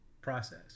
process